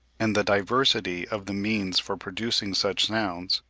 and the diversity of the means for producing such sounds,